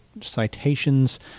citations